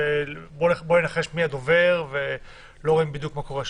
בואי ננחש מי הדובר ולא רואים בדיוק מה קורה שם.